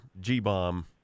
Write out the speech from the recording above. G-Bomb